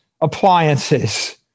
appliances